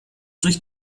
durch